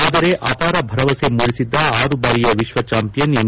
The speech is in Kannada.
ಆದರೆ ಅಪಾರ ಭರವಸೆ ಮೂಡಿಸಿದ್ದ ಆರು ಬಾರಿಯ ವಿಶ್ವ ಚಾಂಪಿಯನ್ ಎಂ